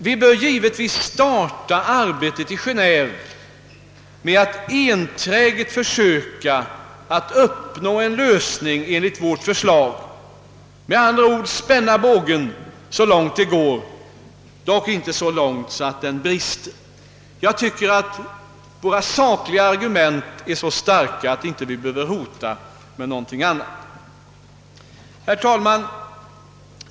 Vi bör givetvis starta arbetet i Geneve med att enträget försöka att uppnå en lösning enligt vårt förslag, med andra ord spänna bågen så långt det går, dock inte så långt att den brister. Jag tycker att våra sakliga argument är så starka att vi inte behöver hota med någonting annat. Herr talman!